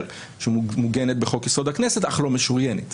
שהיא מוגנת בחוק יסוד: הכנסת אך לא משוריינת.